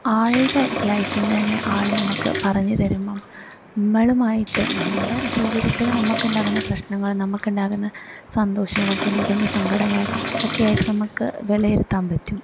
ആളുടെ ലൈഫിൽ നിന്ന് തന്നെ ആള് നമുക്ക് പറഞ്ഞ് തരും നമ്മളുമായിട്ട് നമ്മുടെ ജീവിതത്തില് നമുക്ക് ഉണ്ടാകുന്ന പ്രശ്നങ്ങള് നമുക്ക് ഉണ്ടാകുന്ന സന്തോഷങ്ങളും കുഞ്ഞി കുഞ്ഞി സങ്കടങ്ങളും ഒക്കെയായിട്ട് നമുക്ക് വിലയിരുത്താൻ പറ്റും